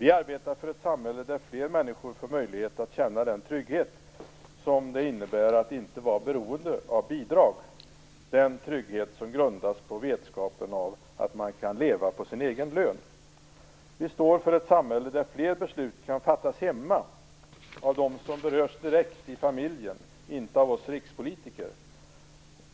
Vi arbetar för ett samhälle där fler människor får möjlighet att känna den trygghet det innebär att inte vara beroende av bidrag, den trygghet som grundas på vetskapen att man kan leva på sin egen lön. Vi står för ett samhälle där fler beslut fattas hemma av dem som direkt berörs i familjen, inte av oss rikspolitiker.